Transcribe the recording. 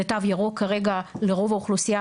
שלתו ירוק כרגע לרוב האוכלוסייה,